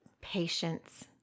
Patience